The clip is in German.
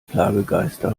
plagegeister